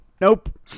Nope